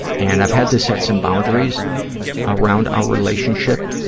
and i've had to set some boundaries around our relationship